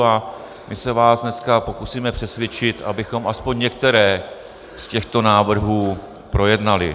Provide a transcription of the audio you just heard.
A my se vás dneska pokusíme přesvědčit, abychom aspoň některé z těchto návrhů projednali.